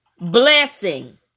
Blessing